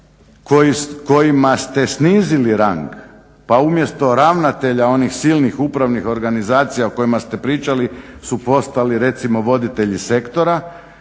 kojima ste snizili rang pa umjesto ravnatelja onih silnih upravnih organizacija o kojima ste pričali su postali recimo voditelji sektora,